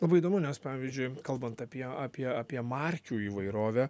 labai įdomu nes pavyzdžiui kalbant apie apie apie markių įvairovę